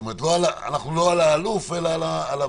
זאת אומרת, אנחנו לא על האלוף אלא על הוועדה.